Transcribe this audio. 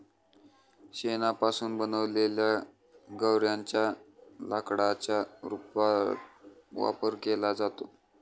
शेणापासून बनवलेल्या गौर्यांच्या लाकडाच्या रूपात वापर केला जातो